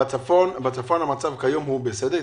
בצפון המצב כיום הוא בסדר.